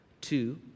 two